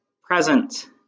present